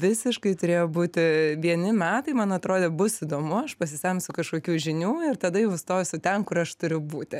visiškai turėjo būti vieni metai man atrodė bus įdomu aš pasisemsiu kažkokių žinių ir tada jau stosiu ten kur aš turiu būti